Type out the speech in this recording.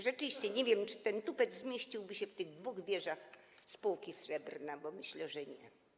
Rzeczywiście nie wiem, czy ten tupet zmieściłby się w tych dwóch wieżach spółki Srebrna, bo myślę, że nie.